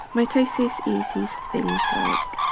mitosis is these things like